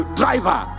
driver